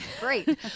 Great